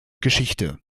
geschichte